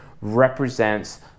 represents